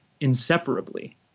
inseparably